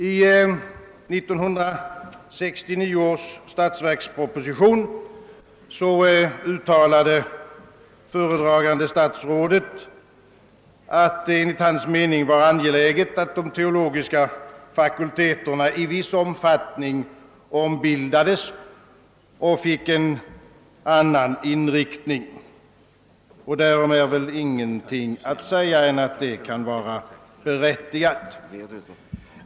I 1969 års statsverksproposition uttalade föredragande statsrådet att det enligt hans mening var angeläget att de teologiska fakulteterna i viss omfattning ombildades och fick en annan inriktning. Därom är ingenting annat att säga än att det kan vara berättigat.